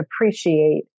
appreciate